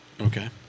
okay